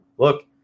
Look